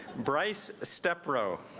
bryce step row